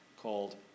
called